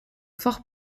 fort